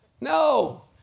no